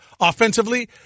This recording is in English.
offensively